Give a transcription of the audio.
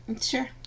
Sure